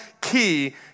key